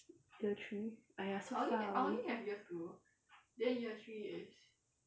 year three !aiya! so far away